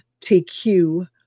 TQ